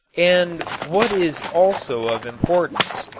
and what is also of importance,